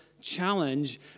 challenge